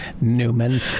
Newman